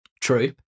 true